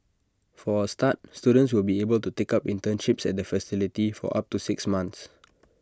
for A start students will be able to take up internships at the facility for up to six months